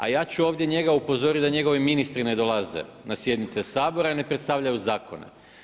A ja ću ovdje njega upozoriti da njegovi ministri ne dolaze na sjednice Sabora i ne predstavljaju zakone.